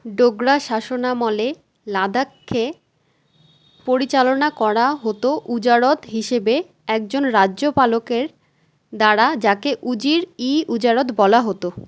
ডোগরা শাসন আমলে লাদাখকে পরিচালনা করা হতো উজারত হিসেবে একজন রাজ্যপালকের দ্বারা যাকে উজির ই উজারত বলা হতো